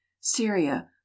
syria